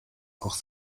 auch